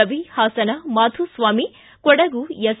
Ravi Hassan Madhuswamy Kodagu S